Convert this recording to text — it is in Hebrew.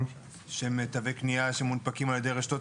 שהם תווי קנייה שמונפקים על ידי רשתות